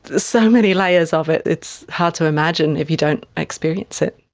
so many layers of it it's hard to imagine, if you don't experience it.